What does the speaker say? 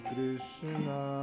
Krishna